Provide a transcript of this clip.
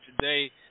today